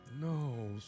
No